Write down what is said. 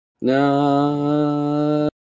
no